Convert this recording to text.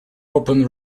open